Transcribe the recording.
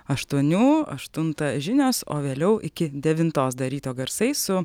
aštuonių aštuntą žinios o vėliau iki devintos dar ryto garsai su